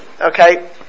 okay